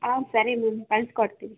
ಆಂ ಸರಿ ಮ್ಯಾಮ್ ಕಳಿಸ್ಕೋಡ್ತೀವಿ